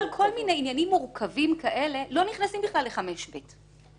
כל מיני עניינים מורכבים כאלה לא נכנסים בכלל לסעיף 5(ב).